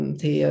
thì